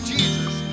Jesus